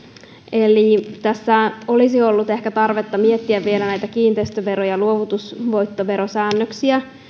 eli tässä olisi ollut ehkä tarvetta miettiä vielä näitä kiinteistövero ja luovutusvoittoverosäännöksiä